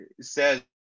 says